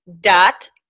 dot